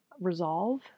resolve